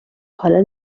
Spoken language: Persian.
حالا